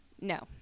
No